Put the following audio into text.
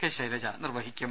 K Shailaja നിർവഹിക്കും